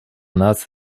nas